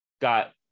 got